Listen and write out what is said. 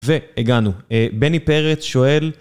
ו... הגענו. בני פרץ שואל...